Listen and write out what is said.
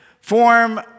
form